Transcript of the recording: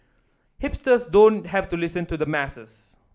hipsters don't have to listen to the masses